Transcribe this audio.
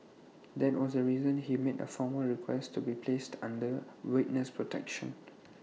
that was the reason he made A formal request to be placed under witness protection